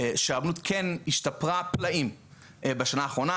שהרבנות כן השתפרה פלאים בשנה האחרונה.